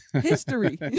history